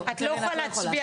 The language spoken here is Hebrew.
קרן, את לא יכולה להצביע.